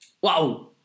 Wow